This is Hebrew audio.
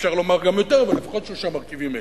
ואפשר לומר גם יותר, אבל לפחות שלושה מרכיבים אלה: